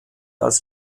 als